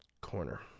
Corner